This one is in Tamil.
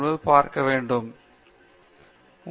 இது ஒரு மிக முக்கியமான முடிவு